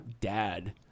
dad